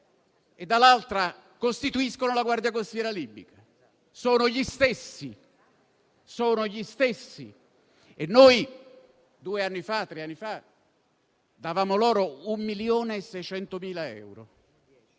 e dall'altra costituiscono la guardia costiera libica; sono gli stessi. Due o tre anni fa noi davamo loro 1.600.000 euro.